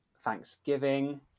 Thanksgiving